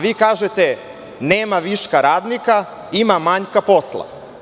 Vi kažete – nema viška radnika, ima manjka posla.